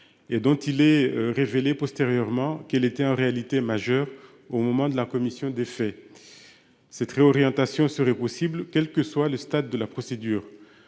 dont il est révélé postérieurement qu'elle était en réalité majeure lors de la commission des faits. Cette réorientation serait possible quel que soit le stade de la procédure.